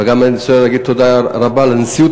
ואני גם רוצה להגיד תודה רבה לנשיאות